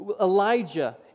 Elijah